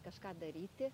kažką daryti